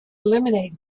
eliminate